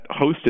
hosted